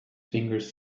fingers